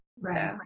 Right